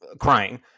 crying